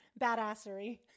badassery